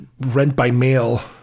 rent-by-mail